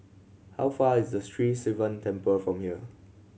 how far is Sri Sivan Temple from here